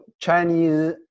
Chinese